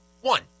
One